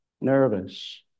nervous